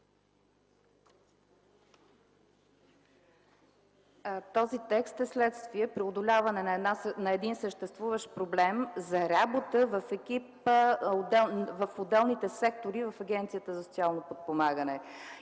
Този текст е вследствие преодоляване на съществуващ проблем за работа в екип в отделните сектори на Агенцията за социално подпомагане